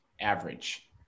average